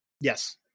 Yes